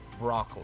Broccoli